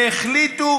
והחליטו,